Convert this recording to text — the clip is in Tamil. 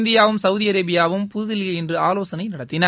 இந்தியாவும் சவுதி அரேபியாவும் புதுதில்லியில் இன்று ஆலோசனை நடத்தின